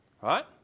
Right